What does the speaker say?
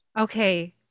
Okay